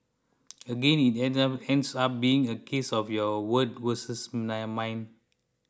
again it ends up ends up being a case of your word versus mine